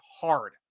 hard